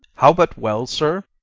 how but well, sir?